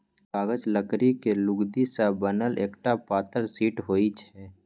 कागज लकड़ी के लुगदी सं बनल एकटा पातर शीट होइ छै